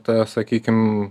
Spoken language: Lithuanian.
ta sakykim